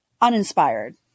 Uninspired